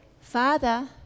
Father